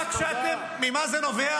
עודד פורר (ישראל ביתנו): ממה זה נובע?